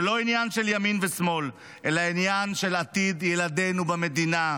זה לא עניין של ימין ושמאל אלא עניין של עתיד ילדינו במדינה.